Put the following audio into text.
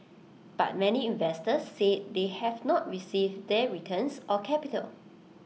but many investors said they have not received their returns or capital